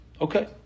Okay